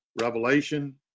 revelation